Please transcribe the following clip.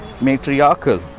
matriarchal